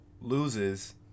loses